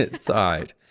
side